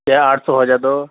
یا آٹھ سو ہو جائے تو